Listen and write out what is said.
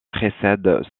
précède